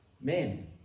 men